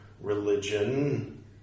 religion